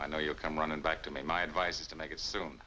i know you'll come running back to me my advice is to make it soon